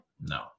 no